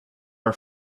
our